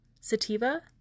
sativa